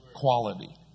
quality